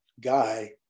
guy